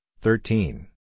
thirteen